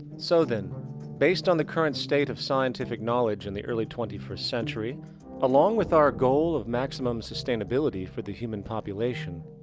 so then based on the current state of scientific knowledge in the early twenty first century along with our goal of maximum sustainability for the human population,